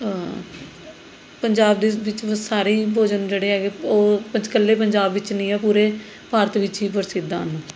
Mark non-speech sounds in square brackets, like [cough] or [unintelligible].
ਪੰਜਾਬ ਦੇ ਵਿੱਚ ਵ ਸਾਰੇ ਹੀ ਭੋਜਨ ਜਿਹੜੇ ਹੈਗੇ ਉਹ [unintelligible] ਇਕੱਲੇ ਪੰਜਾਬ ਵਿੱਚ ਨਹੀਂ ਹੈ ਪੂਰੇ ਭਾਰਤ ਵਿੱਚ ਹੀ ਪ੍ਰਸਿੱਧ ਹਨ